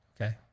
Okay